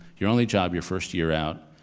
your only job your first year out,